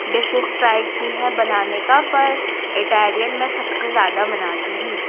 dishes try की हैं बनाने का पर इटालियन में सब से ज़्यादा बनाती हूँ